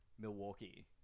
Milwaukee